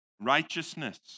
righteousness